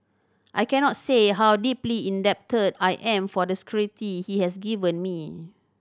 I cannot say how deeply indebted I am for the security he has given me